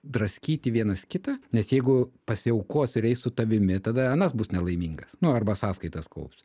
draskyti vienas kitą nes jeigu pasiaukos ir eis su tavimi tada anas bus nelaimingas nu arba sąskaitas kaups